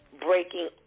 breaking